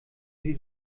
sie